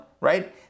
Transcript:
right